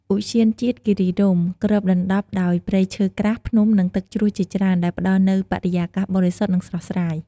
ឧទ្យានជាតិគិរីរម្យគ្របដណ្ដប់ដោយព្រៃឈើក្រាស់ ភ្នំ និងទឹកជ្រោះជាច្រើន ដែលផ្ដល់នូវបរិយាកាសបរិសុទ្ធ និងស្រស់ស្រាយ។